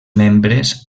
membres